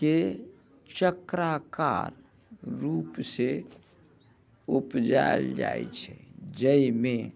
के चक्राकार रूपसे उपजायल जाइत छै जाहिमे